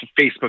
Facebook